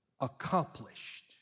accomplished